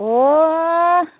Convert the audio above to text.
अह